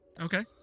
Okay